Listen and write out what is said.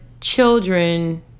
children